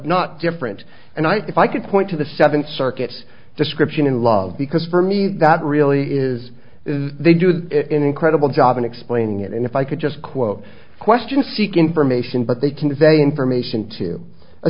not different and i if i could point to the seven circuit description in love because for me that really is they do the incredible job in explaining it and if i could just quote questions seek information but they convey information to a